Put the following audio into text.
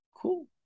Cool